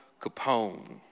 Capone